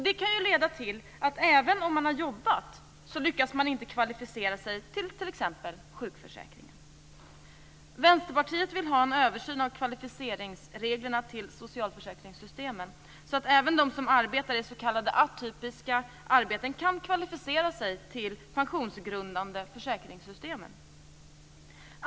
Det kan leda till att man inte lyckas kvalificera sig till t.ex. sjukförsäkringen även om man har jobbat. Vänsterpartiet vill ha en översyn av kvalificeringsreglerna till socialförsäkringssystemen så att även de som arbetar i s.k. atypiska arbeten kan kvalificera sig till de pensionsgrundande försäkringssystemen.